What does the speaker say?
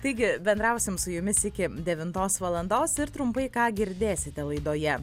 taigi bendrausim su jumis iki devintos valandos ir trumpai ką girdėsite laidoje